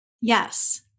Yes